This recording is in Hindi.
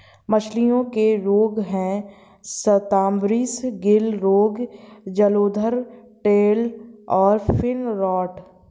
मछलियों के रोग हैं स्तम्भारिस, गिल रोग, जलोदर, टेल और फिन रॉट